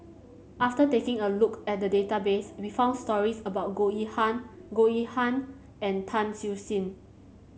after taking a look at the database we found stories about Goh Yihan Goh Yihan and Tan Siew Sin